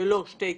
לא שתי כהונות,